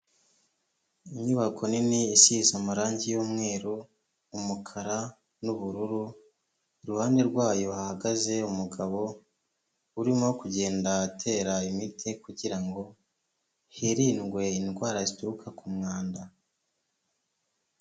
Inyubako nini isize amarangi y'umweru, umukara, n'ubururu, iruhande rwayo hahagaze umugabo urimo kugenda atera imiti kugirango hirindwe indwara zituruka ku mwanda.